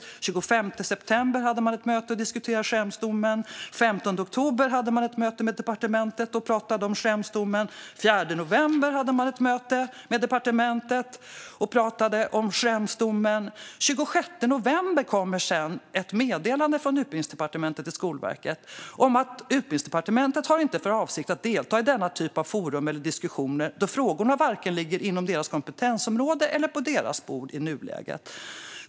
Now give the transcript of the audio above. Den 25 september hade man ett möte och diskuterade Schremsdomen. Den 15 oktober hade man ett möte med departementet och pratade om Schremsdomen. Den 4 november hade man ett möte med departementet och pratade om Schremsdomen. Den 26 november kommer sedan ett meddelande från Utbildningsdepartementet till Skolverket där man skriver att Utbildningsdepartementet inte har för avsikt att delta i denna typ av forum eller diskussioner då frågorna varken ligger inom deras kompetensområde eller på deras bord i nuläget.